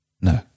No